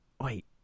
wait